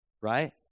Right